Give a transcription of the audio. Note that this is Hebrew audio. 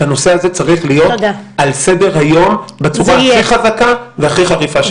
והנושא הזה צריך להיות על סדר-היום בצורה הכי חזקה והכי חריפה שיש.